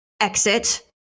exit